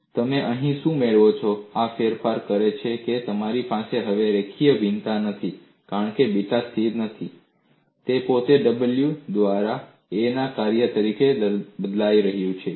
અને તમે અહીં શું મેળવો છો આ ફેરફાર કરે છે કે તમારી પાસે હવે રેખીય ભિન્નતા નથી કારણ કે બીટા સ્થિર નથી તે પોતે w દ્વારા a ના કાર્ય તરીકે બદલાઈ રહ્યું છે